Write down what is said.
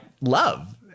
love